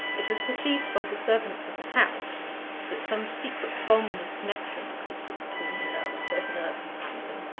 it was perceived by the servants of the house that some secret bond of connection existed between miss aldclyffe and her companion.